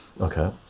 Okay